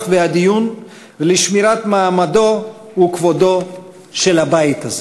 והדיון ולשמירת מעמדו וכבודו של הבית הזה.